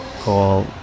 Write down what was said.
call